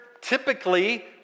typically